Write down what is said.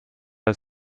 als